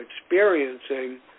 experiencing